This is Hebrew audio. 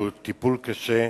שהוא טיפול קשה,